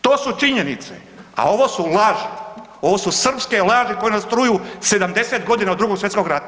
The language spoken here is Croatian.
To su činjenice, a ovo su laži, ovo su srpske laži koje nas truju 70 godina od Drugog svjetskog rata